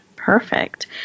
Perfect